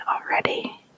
already